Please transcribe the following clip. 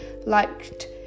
liked